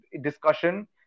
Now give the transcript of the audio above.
discussion